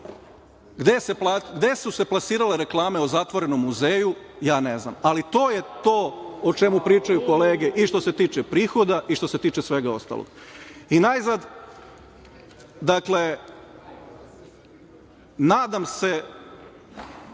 Gde su se plasirale reklame o zatvorenom muzeju, ja ne znam, ali to je to o čemu pričaju kolege, i što se tiče prihoda i što se tiče svega ostalog.32/1 JJ/LŽ 15.20